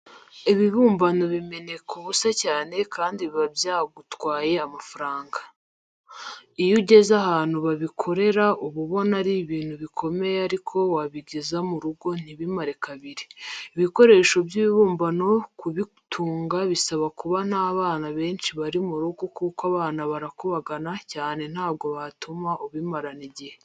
Ibibumbano bimeneka ubusa cyane kandi biba byagutwaye amafaranga. Iyo ugeze ahantu babikorera uba ubona ari ibintu bikomera ariko wabigeza mu rugo ntibimare kabiri. Ibikoresho by'ibibumbano kubitunga bisaba kuba nta bana benshi bari mu rugo kuko abana barakubagana cyane ntabwo batuma ubimarana igihe.